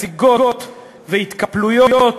והתקפלויות,